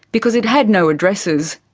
because it had no addresses.